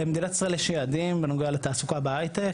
למדינת ישראל יש יעדים בנוגע לתעסוקה בהייטק,